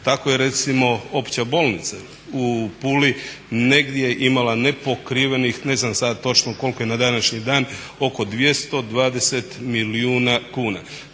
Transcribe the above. Tako je recimo Opća bolnica u Puli negdje imala nepokrivenih ne znam sada točno koliko je na današnji dan ali oko 220 milijuna kuna.